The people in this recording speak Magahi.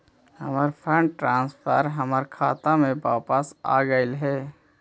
हमर फंड ट्रांसफर हमर खाता में वापस आगईल हे